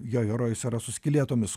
jo herojus yra su skylėtomis